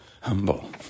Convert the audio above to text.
humble